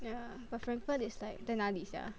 ya but Frankfurt is like 在哪里 sia